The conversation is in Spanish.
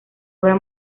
obra